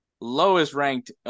lowest-ranked